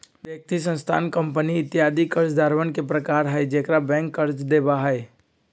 व्यक्ति, संस्थान, कंपनी इत्यादि कर्जदारवन के प्रकार हई जेकरा बैंक कर्ज देवा हई